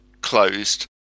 closed